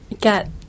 get